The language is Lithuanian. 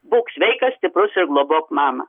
būk sveikas stiprus ir globok mamą